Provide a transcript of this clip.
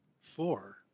Four